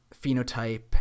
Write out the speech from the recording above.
phenotype